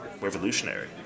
revolutionary